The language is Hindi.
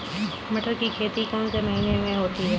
मटर की खेती कौन से महीने में होती है?